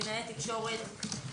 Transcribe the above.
קלינאי תקשורת.